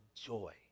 joy